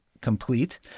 complete